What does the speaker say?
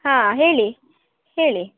ಹಾಂ ಹೇಳಿ ಹೇಳಿ